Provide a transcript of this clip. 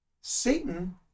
Satan